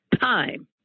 time